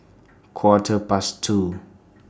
Quarter Past two